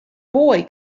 boy